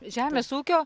žemės ūkio